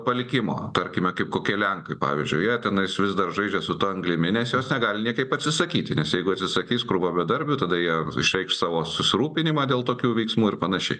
palikimo tarkime kaip kokie lenkai pavyzdžiui jie tenais vis dar žaidžia su ta anglimi nes jos negali niekaip atsisakyti nes jeigu atsisakys krūva bedarbių tada jie išreikš savo susirūpinimą dėl tokių veiksmų ir panašiai